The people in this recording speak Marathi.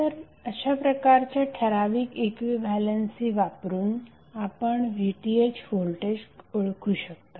तर अशाप्रकारच्या ठराविक इक्विव्हॅलेन्सी वापरून आपण VThव्होल्टेज ओळखू शकता